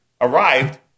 arrived